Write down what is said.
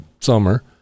summer